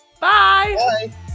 Bye